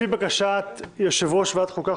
לפי בקשת יושב-ראש ועדת חוקה,